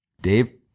Dave